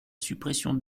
suppression